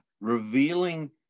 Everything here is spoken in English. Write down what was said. revealing